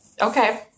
Okay